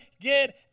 get